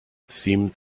seemed